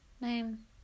Name